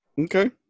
Okay